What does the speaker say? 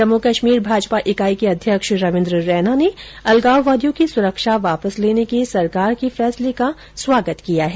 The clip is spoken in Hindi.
जम्मू कश्मीर भाजपा इकॉर्ड के अध्यक्ष रवीन्द्र रैना ने अलगाववादियों की सुरक्षा वापस लेने के सरकार के फैंसले का स्वागत किया है